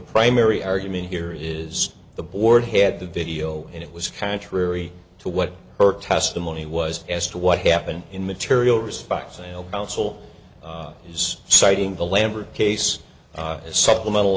primary argument here is the board had the video and it was contrary to what her testimony was as to what happened in material respects sale counsel is citing the lambert case as supplemental